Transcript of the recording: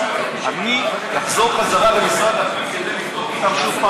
אני אחזור חזרה למשרד הפנים כדי לבדוק את זה איתם שוב,